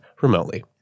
remotely